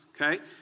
okay